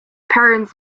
parents